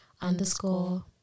underscore